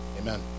amen